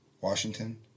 Washington